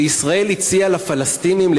שישראל הציעה לפלסטינים,